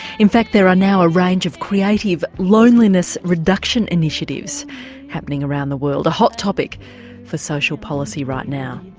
in fact there are now a range of creative loneliness reduction initiatives happening around the world, a hot topic for social policy right now.